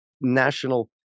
national